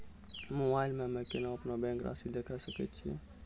Mobile मे हम्मय केना अपनो बैंक रासि देखय सकय छियै?